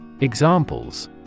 Examples